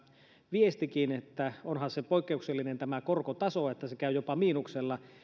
viestikin että onhan tämä korkotaso poikkeuksellinen kun se käy jopa miinuksella